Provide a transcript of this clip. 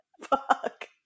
Fuck